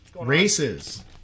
Races